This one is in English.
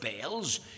bells